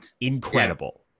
Incredible